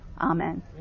Amen